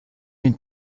den